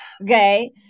Okay